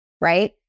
right